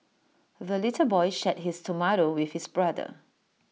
the little boy shared his tomato with his brother